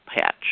patch